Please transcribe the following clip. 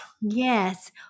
Yes